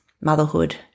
motherhood